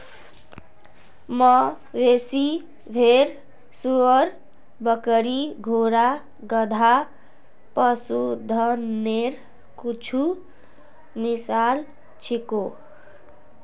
मवेशी, भेड़, सूअर, बकरी, घोड़ा, गधा, पशुधनेर कुछु मिसाल छीको